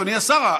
אדוני השר,